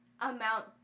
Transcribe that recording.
amount